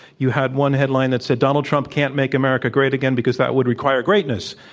you had one headline that said, donald trump can't make america great again because that would require greatness.